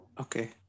Okay